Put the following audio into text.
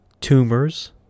tumors